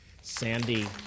Sandy